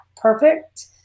perfect